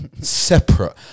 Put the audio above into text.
separate